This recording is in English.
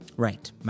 Right